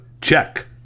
Check